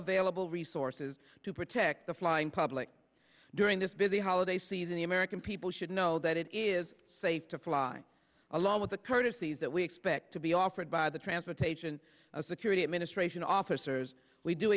available resources to protect the flying public during this busy holiday see even the american people should know that it is safe to fly along with the courtesies that we expect to be offered by the transportation security administration officers we do